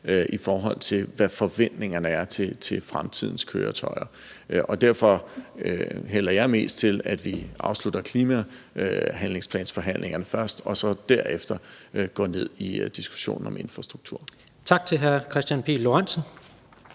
i forhold til, hvad forventningerne er til fremtidens køretøjer. Derfor hælder jeg mest til, at vi afslutter klimahandlingsplansforhandlingerne først og så derefter dykker ned i diskussionen om infrastruktur. Kl. 16:13 Tredje